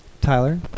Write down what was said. Tyler